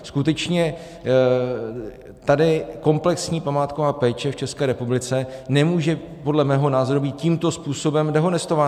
Skutečně tady komplexní památková péče v České republice nemůže podle mého názoru být tímto způsobem dehonestována.